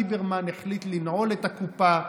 ליברמן החליט לנעול את הקופה,